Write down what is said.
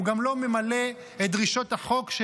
הוא גם לא ממלא את דרישות החוק,